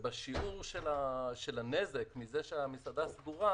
את שיעור הנזק מזה שהמסעדה סגורה,